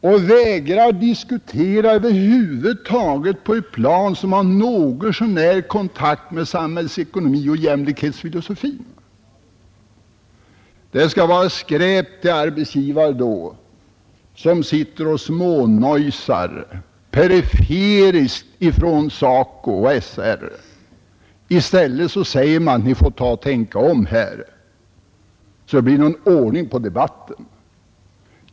SACO vägrar över huvud taget diskutera på ett plan som har något så när kontakt med samhällsekonomin och jämlikhetsfilosofin. Det skall vara skräp till arbetsgivare som då sitter och smånojsar med SACO och SR. I stället har man sagt: Ni får ta och tänka om här, så det blir någon ordning på debatten!